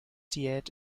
diät